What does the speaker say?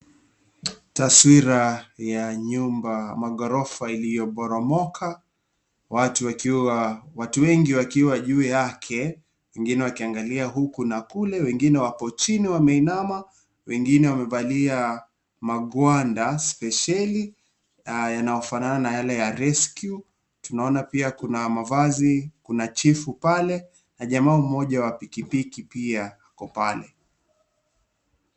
Taswira ya nyumba ,maghorofa iliyoporomoka. Watu wakiwa , watu wengi wakiwa juu yake wengine wakiangalia huku na kule , wengine wako chini wameinama , wengine wamevalia magwanda spesheli ,yanayofanana na yale ya Rescue . Tunaona pia kuna mavazi , kuna chifu pale na jamaa mmoja wa pikipiki pia ako pale.